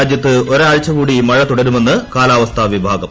രാജൃത്ത് ഒരാഴ്ച കൂടി മഴ തുടരുമെന്ന് കാലാവസ്ഥാ വിഭാഗം